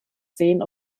sehen